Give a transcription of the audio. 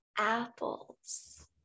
Apples